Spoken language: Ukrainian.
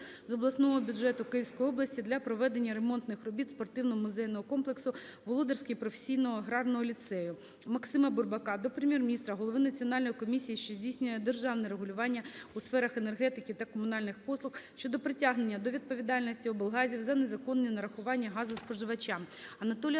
з обласного бюджету Київської області для проведення ремонтних робіт спортивно-музейного комплексу "Володарського професійного аграрного ліцею". Максима Бурбака до Прем'єр-міністра, Голови Національної комісії, що здійснює державне регулювання у сферах енергетики та комунальних послуг щодо притягнення до відповідальності облгазів за незаконні нарахування газу споживачам.